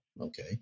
okay